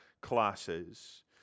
classes